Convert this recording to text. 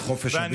את חופש הביטוי.